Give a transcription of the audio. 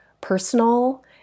personal